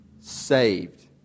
saved